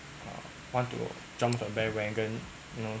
want to jump the bandwagon you know